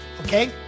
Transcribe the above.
okay